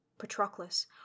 Patroclus